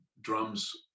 drums